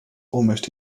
almost